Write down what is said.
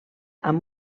amb